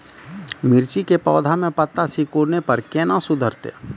मिर्ची के पौघा मे पत्ता सिकुड़ने पर कैना सुधरतै?